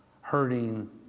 hurting